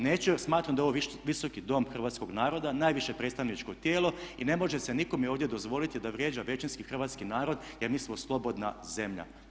Neću jer smatram da je ovo Visoki dom hrvatskog naroda, najviše predstavničko tijelo i ne može se nikome ovdje dozvoliti da vrijeđa većinski hrvatski narod jer mi smo slobodna zemlja.